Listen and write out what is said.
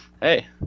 hey